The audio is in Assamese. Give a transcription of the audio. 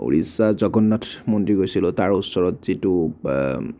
উৰিষ্যাৰ জগন্নাথ মন্দিৰ গৈছিলোঁ তাৰ ওচৰত যিটো